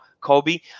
Kobe –